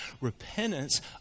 repentance